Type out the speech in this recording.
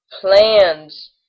plans